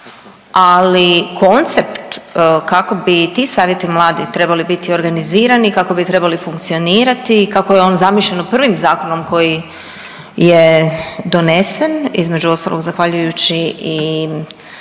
Ali koncept kako bi ti savjeti mladih trebali biti organizirani, kako bi trebali funkcionirati i kako je on zamišljen prvim zakonom koji je donesen između ostalog zahvaljujući i